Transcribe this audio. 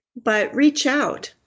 but reach out.